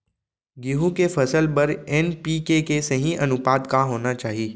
गेहूँ के फसल बर एन.पी.के के सही अनुपात का होना चाही?